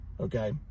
Okay